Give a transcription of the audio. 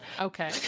Okay